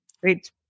Great